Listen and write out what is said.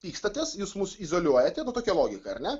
pykstatės jūs mus izoliuojate nu tokia logika ar ne